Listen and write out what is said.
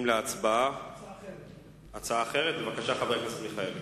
הצעה אחרת, בבקשה, חבר הכנסת מיכאלי.